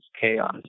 chaos